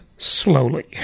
slowly